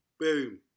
boom